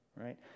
right